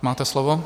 Máte slovo.